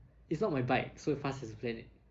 it's not my bike so faz has to plan it